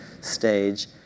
stage